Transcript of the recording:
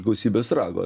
gausybės rago